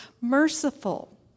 merciful